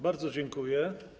Bardzo dziękuję.